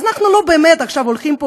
אז אנחנו לא באמת עכשיו הולכים פה